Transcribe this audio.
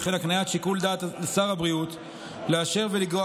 וכן הקניית שיקול דעת לשר הבריאות לאשר ולגרוע